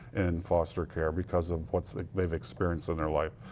in foster care, because of what they've experienced in their life,